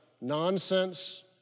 nonsense